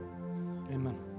Amen